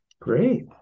Great